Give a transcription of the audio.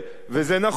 וזה נכון.